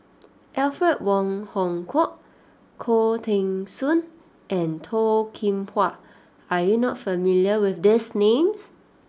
Alfred Wong Hong Kwok Khoo Teng Soon and Toh Kim Hwa are you not familiar with these names